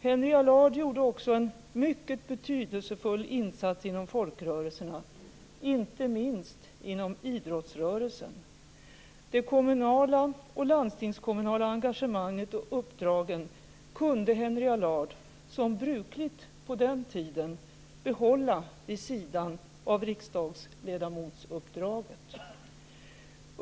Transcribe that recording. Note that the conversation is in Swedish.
Henry Allard gjorde också en mycket betydelsefull insats inom folkrörelserna, inte minst inom idrottsrörelsen. Det kommunala och landstingskommunala engagemanget och uppdragen kunde Henry Allard, som brukligt på den tiden, behålla vid sidan av riksdagsledamotsuppdraget.